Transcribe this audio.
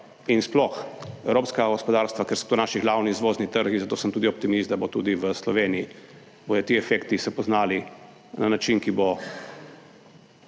in sploh evropskega gospodarstva, ker so to naši glavni izvozni trgi, zato sem tudi optimist, da bo tudi v Sloveniji, bodo ti efekti se poznali na način, ki bo